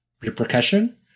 repercussion